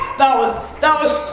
that was, that was